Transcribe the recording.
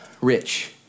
rich